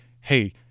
Hey